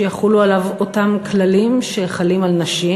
שיחולו עליו אותם כללים שחלים על נשים,